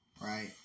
right